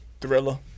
Thriller